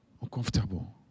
Uncomfortable